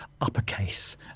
uppercase